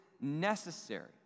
necessary